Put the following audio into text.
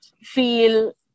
feel